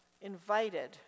invited